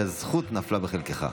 הזכות נפלה בחלקך.